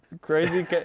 crazy